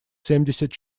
семьдесят